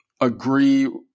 agree